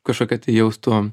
kažkokią tai jaustų